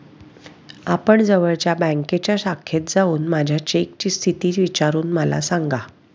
आपण जवळच्या बँकेच्या शाखेत जाऊन माझ्या चेकची स्थिती विचारून मला सांगा